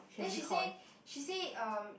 then she say she say uh